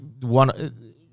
one